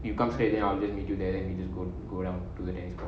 you come straight then I'll just need you there then you just go go down to the next card